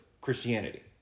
Christianity